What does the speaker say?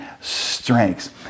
strengths